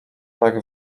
tak